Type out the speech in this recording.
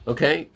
Okay